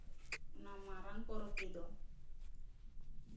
ᱚᱱᱟ ᱢᱟᱨᱟᱝ ᱯᱚᱨᱚᱵᱽ ᱨᱮᱫᱚ